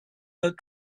that